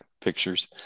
pictures